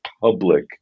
public